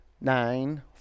nine